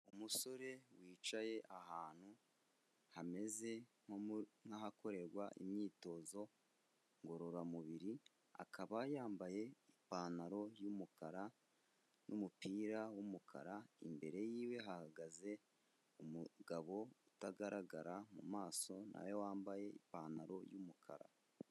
Umusore wicaye ahantu hameze nk'ahakorerwa imyitozo ngororamubiri, akaba yambaye ipantaro y'umukara n'umupira w'umukara, imbere yiwe hahagaze umugabo utagaragara mu maso na we wambaye ipantaro y'umukara.